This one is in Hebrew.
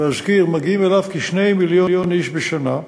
ואזכיר שמגיעים אליו כ-2 מיליוני איש בשנה,